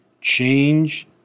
Change